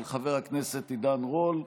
של חבר הכנסת עידן רול,